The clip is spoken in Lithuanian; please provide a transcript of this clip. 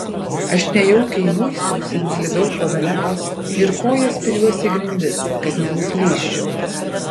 aš nejaukiai muistausi ant slidaus gobeleno ir koja spiriuosi į grindis kad nenuslysčiau